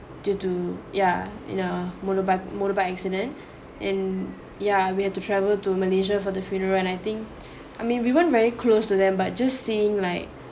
to do ya you know motorbike motorbike accident in yeah we had to travel to malaysia for the funeral and I think I mean we weren't very close to them but just seeing like